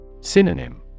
Synonym